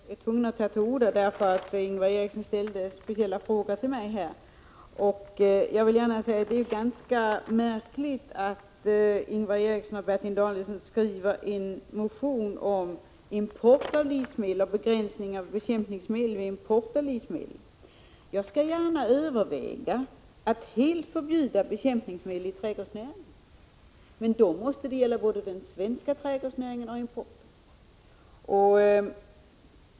Herr talman! Jag är tvungen att ta till orda därför att Ingvar Eriksson ställde en speciell fråga till mig. Jag vill då säga att det är ganska märkligt att Ingvar Eriksson och Bertil Danielsson skrivit en motion om begränsning av bekämpningsmedel vid import av livsmedel. Jag skall gärna överväga totalt förbud mot bekämpningsmedel inom trädgårdsnäringen. Men då måste det gälla både den svenska näringen och importerade varor.